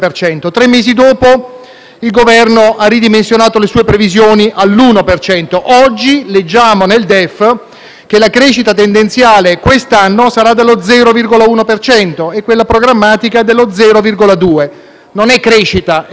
il Governo ha ridimensionato le sue previsioni all'1 per cento e oggi leggiamo nel DEF che la crescita tendenziale quest'anno sarà dello 0,1 per cento e quella programmatica dello 0,2. Non è crescita; è stagnazione.